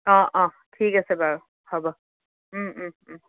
অঁ অঁ ঠিক আছে বাৰু হ'ব